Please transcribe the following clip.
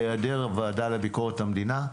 בהעדר הוועדה לביקורת המדינה,